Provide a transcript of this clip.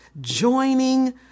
joining